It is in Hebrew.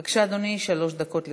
בבקשה, אדוני, שלוש דקות לרשותך.